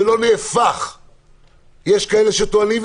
שלא התהפך ויש כאלה שטוענים,